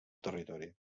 territori